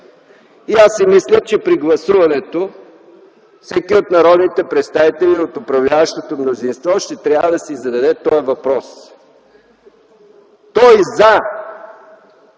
И аз си мисля, че при гласуването всеки от народните представители от управляващото мнозинство ще трябва да си зададе този въпрос: той „за”